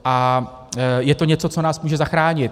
A je to něco, co nás může zachránit.